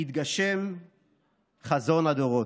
יתגשם חזון הדורות.